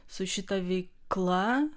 su šita veikla